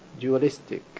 dualistic